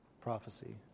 prophecy